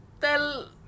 tell